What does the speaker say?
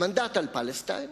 המנדט על פלסטיין,